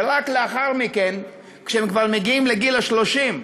ורק לאחר מכן, כשהם מגיעים לגיל 30,